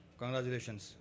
congratulations